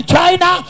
China